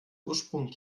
ursprung